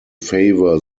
favour